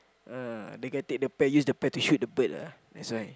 uh the guy take the pear use the pear shoot the bird ah that's why